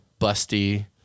busty